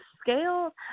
scale